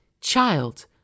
Child